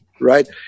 right